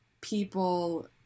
people